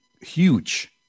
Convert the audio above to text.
huge